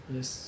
Yes